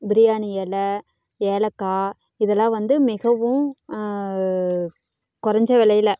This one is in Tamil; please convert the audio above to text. பிரியாணி எலை ஏலக்காய் இதெல்லாம் வந்து மிகவும் கொறைஞ்ச விலையில